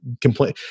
complain